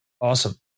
Awesome